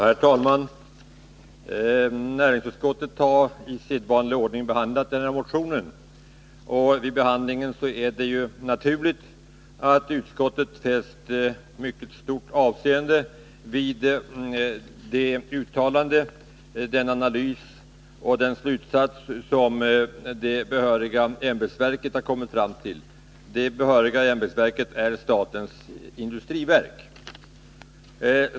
Herr talman! Näringsutskottet har i sedvanlig ordning behandlat denna motion. Vid behandlingen var det ju naturligt att utskottet fäste mycket stort avseende vid det uttalande, den analys och den slutsats som det behöriga ämbetsverket kommit fram till. Det behöriga ämbetsverket är statens industriverk.